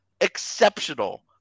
exceptional